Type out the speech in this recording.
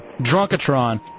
Drunkatron